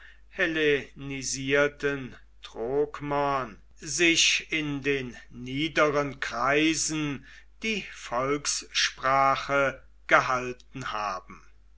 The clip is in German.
trokmer sich in den niederen kreisen die volkssprache gehalten haben